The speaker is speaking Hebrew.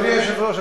אדוני היושב-ראש,